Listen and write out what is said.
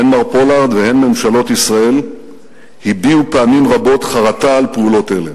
הן מר פולארד והן ממשלות ישראל הביעו פעמים רבות חרטה על פעולות אלה.